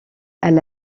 elle